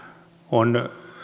on